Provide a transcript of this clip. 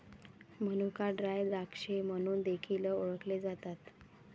मनुका ड्राय द्राक्षे म्हणून देखील ओळखले जातात